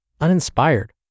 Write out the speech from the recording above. uninspired